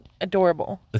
adorable